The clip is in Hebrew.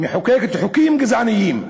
מחוקקת חוקים גזעניים,